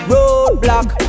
Roadblock